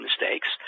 mistakes